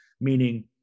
meaning